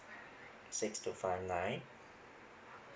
six two five nine